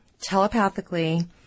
telepathically